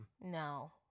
No